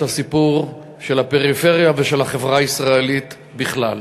הסיפור של הפריפריה ושל החברה הישראלית בכלל.